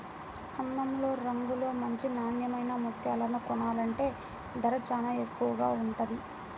అందంలో, రంగులో మంచి నాన్నెమైన ముత్యాలను కొనాలంటే ధర చానా ఎక్కువగా ఉంటది